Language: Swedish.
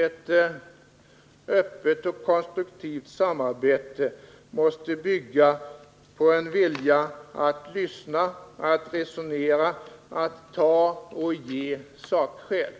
Ett öppet och konstruktivt samarbete måste bygga på en vilja att lyssna, att resonera, att ta och ge sakskäl.